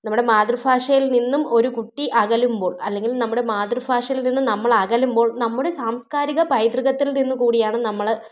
നമ്മുടെ മാതൃഫാഷയിൽ നിന്നും ഒരു കുട്ടി അകലുമ്പോൾ അല്ലെങ്കിൽ നമ്മുടെ മാതൃഫാഷയിൽ നിന്നും നമ്മളകലുമ്പോൾ നമ്മുടെ സാംസ്കാരിക പൈതൃകത്തിൽ നിന്ന് കൂടിയാണ് നമ്മൾ